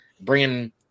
bringing –